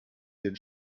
den